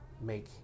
make